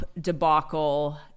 debacle